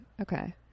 Okay